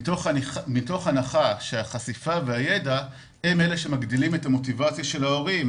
מתוך הנחה שהחשיפה והידע הם אלה שמגדילים את המוטיבציה של ההורים